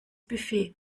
buffet